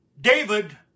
David